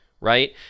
right